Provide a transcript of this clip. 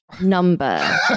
number